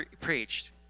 preached